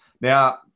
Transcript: Now